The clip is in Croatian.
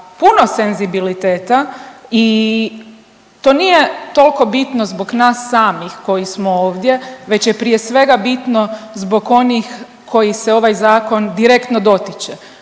puno senzibiliteta i to nije toliko bitno zbog nas samih koji smo ovdje, već je prije svega bitno zbog onih koji se ovaj zakon direktno dotiče,